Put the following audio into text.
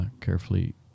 carefully